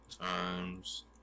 times